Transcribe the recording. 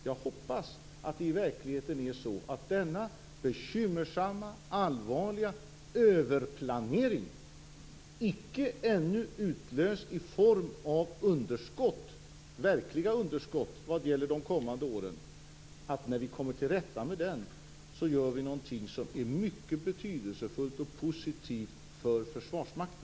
Jag hoppas att det i verkligheten är så här: När vi kommer till rätta med denna bekymmersamma och allvarliga överplanering, icke ännu utlöst i form av verkliga underskott vad gäller de kommande åren, gör vi något som är mycket betydelsefullt och positivt för Försvarsmakten.